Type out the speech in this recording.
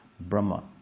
Brahma